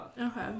Okay